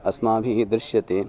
अस्माभिः दृश्यते